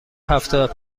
هفتاد